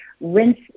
rinse